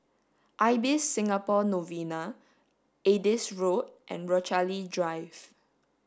Ibis Singapore Novena Adis Road and Rochalie Drive